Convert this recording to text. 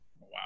Wow